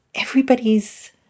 everybody's